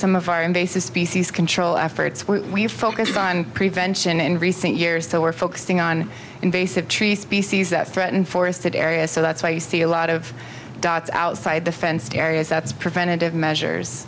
some of our invasive species control efforts we focused on prevention in recent years so we're focusing on invasive tree species that threaten forested areas so that's why you see a lot of dots outside the fenced areas that's preventative measures